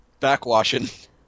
Backwashing